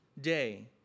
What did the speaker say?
day